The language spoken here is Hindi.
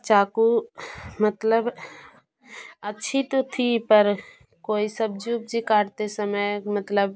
चाकू मतलब अच्छी तो थी पर कोई सब्जी उब्जी काटते समय मतलब